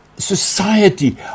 society